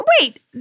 Wait